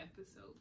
episode